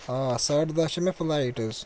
آ ساڑٕ دَہ چھِ مےٚ فٕلایِٹ حظ